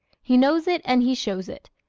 he knows it and he shows it.